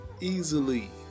easily